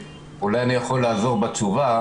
אולי אני יכול לעזור בתשובה.